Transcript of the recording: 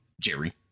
Jerry